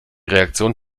reaktion